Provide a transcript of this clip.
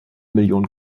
million